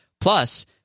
Plus